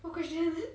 what question